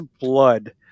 blood